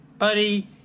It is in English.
Buddy